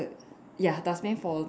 ya dustbin fall down